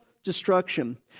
Destruction